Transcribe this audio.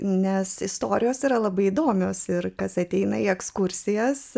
nes istorijos yra labai įdomios ir kas ateina į ekskursijas